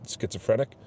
schizophrenic